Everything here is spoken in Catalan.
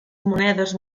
monedes